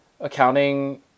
accounting